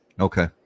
Okay